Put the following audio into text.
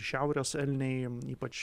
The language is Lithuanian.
šiaurės elniai ypač